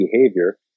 behavior